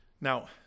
Now